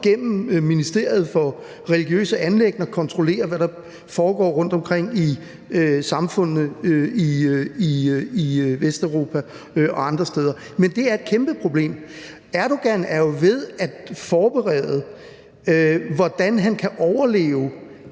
gennem ministeriet for religiøse anliggender kontrollerer, hvad der foregår rundtomkring i samfundene i Vesteuropa og andre steder. Det er et kæmpeproblem. Erdogan er jo ved at forberede, hvordan han kan overleve,